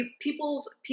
people's